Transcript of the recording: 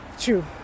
True